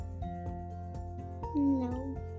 No